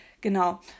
Genau